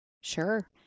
Sure